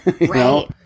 Right